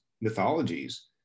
mythologies